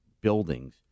buildings